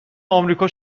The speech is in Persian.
آمریکا